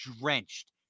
drenched